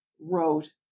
wrote